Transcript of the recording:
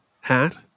hat